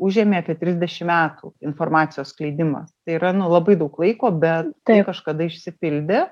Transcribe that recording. užėmė apie trisdešim metų informacijos skleidimas tai yra nu labai daug laiko bet tai kažkada išsipildė